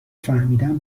فهمیدم